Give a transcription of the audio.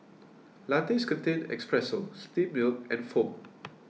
lattes contain espresso steamed milk and foam